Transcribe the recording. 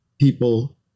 people